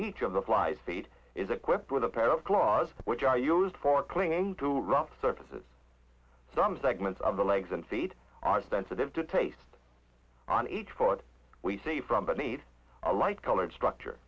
each of the flies seed is equipped with a pair of claws which are used for clinging to rough surfaces some segments of the legs and feet are sensitive to taste on each rod we see from the need a light colored structure